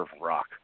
rock